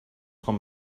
com